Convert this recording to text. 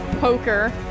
poker